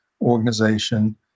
organization